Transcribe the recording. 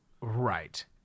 Right